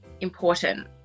important